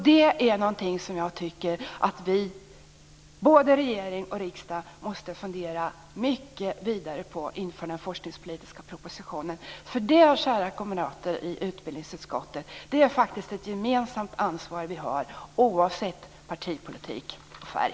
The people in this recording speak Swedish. Detta är något som jag tycker att både regering och riksdag måste fundera mycket vidare på inför den forskningspolitiska propositionen. Det, kära kamrater i utbildningsutskottet, är nämligen ett gemensamt ansvar som vi har oavsett partipolitik och färg.